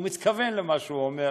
הוא מתכוון למה שהוא אומר,